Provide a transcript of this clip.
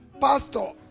Pastor